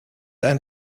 ein